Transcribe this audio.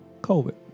COVID